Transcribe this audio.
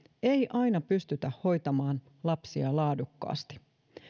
ei aina pystytä hoitamaan lapsia laadukkaasti